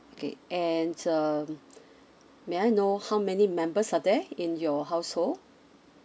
okay and um may I know how many members are there in your household